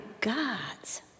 God's